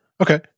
Okay